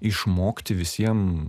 išmokti visiem